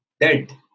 dead